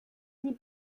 sie